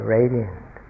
radiant